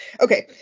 Okay